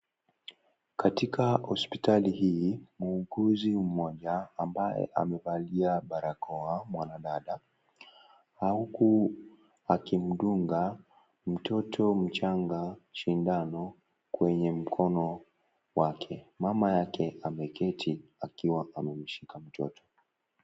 Katika hospitali hii muuguzi mmoja ambaye amevalia barakoa mwanadada, na huku akimdunga mtoto mchanga sindano kwenye mkono wake , mama yake ameketi akiwa amemshika mtoto.